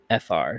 FR